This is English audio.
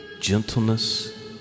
gentleness